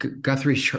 Guthrie